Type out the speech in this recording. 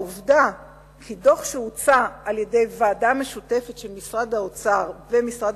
העובדה כי דוח שהוצא על-ידי ועדה משותפת של משרד האוצר ומשרד